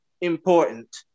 important